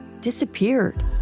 disappeared